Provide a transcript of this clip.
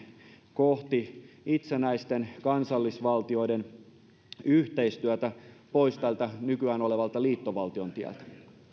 kohti itsenäisten kansallisvaltioiden yhteistyötä pois tältä nykyään vallalla olevalta liittovaltion tieltä